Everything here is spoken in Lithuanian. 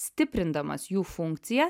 stiprindamas jų funkciją